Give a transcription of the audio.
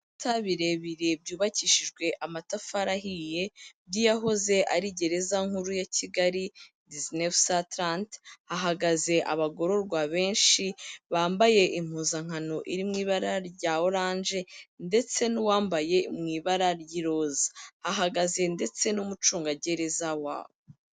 Ibikuta birebire byubakishijwe amatafari ahiye by'iyahoze ari gereza nkuru ya kigali disinefu satarante. Hagaze abagororwa benshi bambaye impuzangano iri mu ibara rya orange ndetse n'uwambaye mu ibara ry'iroza, ahagaze ndetse n'umucungagereza waho.